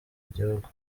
igihugu